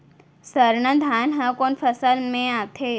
सरना धान ह कोन फसल में आथे?